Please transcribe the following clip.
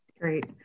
Great